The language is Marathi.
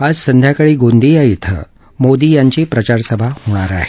आज संध्याकाळी गोंदिया इथं मोदी यांची प्रचारसभा होणार आहे